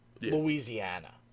Louisiana